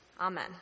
Amen